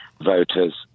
voter's